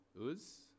Uz